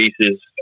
pieces